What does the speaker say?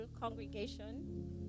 congregation